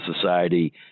society